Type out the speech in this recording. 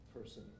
person